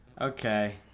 Okay